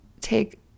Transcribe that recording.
Take